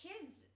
kids